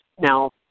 Now